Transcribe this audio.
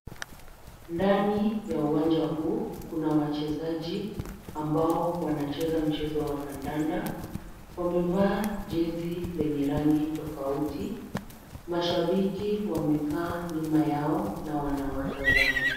Ndani ya uwanja huu kuna wachezaji ambao wanacheza mchezo wa kandanda. Wamevaa jezi lenye rangi tofauti. Mashabiki wamekaa nyuma yao na wanawatazama.